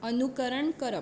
अनुकरण करप